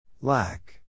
Lack